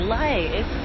life